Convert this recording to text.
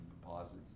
deposits